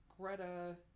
Greta